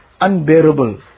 unbearable